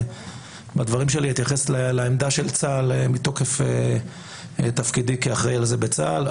בדברים שלי אני אתייחס לעמדה של צה"ל מתוקף תפקידי כאחראי לזה בצה"ל.